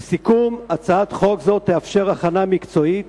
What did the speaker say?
לסיכום, הצעת חוק זו תאפשר הכנה מקצועית